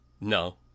No